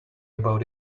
about